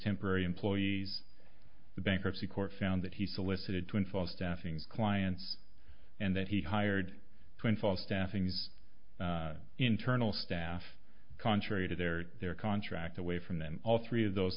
temporary employees the bankruptcy court found that he solicited to info staffing clients and that he hired twin falls staffing these internal staff contrary to their their contract away from them all three of those